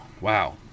wow